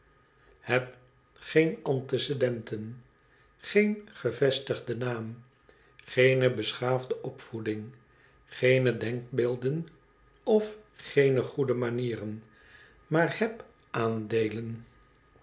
heb geen antecedenten geen gevestigden naam geene beschaafde opvoeding geene denkbeelden of geene goede manieren maar heb